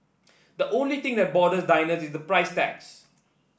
the only thing that bothers diners is the price tags